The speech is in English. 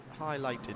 highlighted